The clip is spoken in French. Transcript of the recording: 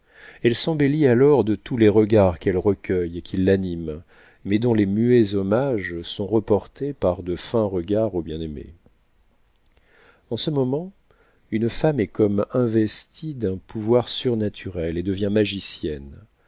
elle s'embellit alors de tous les regards qu'elle recueille et qui l'animent mais dont les muets hommages sont reportés par de fins regards au bien-aimé en ce moment une femme est comme investie d'un pouvoir surnaturel et devient magicienne